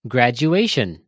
Graduation